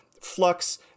Flux